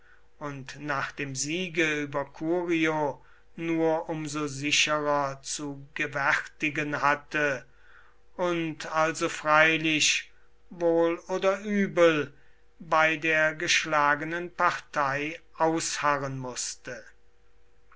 und nach dem siege über curio nur um so sicherer zu gewärtigen hatte und also freilich wohl oder übel bei der geschlagenen partei ausharren mußte